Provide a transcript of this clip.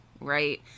right